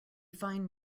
find